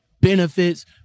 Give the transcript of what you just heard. benefits